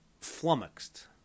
flummoxed